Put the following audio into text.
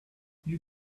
you